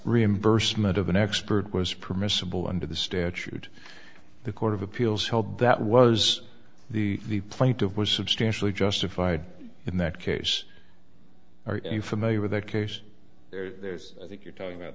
reimbursement of an expert was permissible under the statute the court of appeals held that was the plaintiff was substantially justified in that case are you familiar with that case there's i think you're talking about